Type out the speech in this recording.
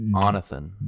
Jonathan